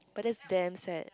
but that's damn sad